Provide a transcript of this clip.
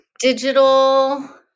Digital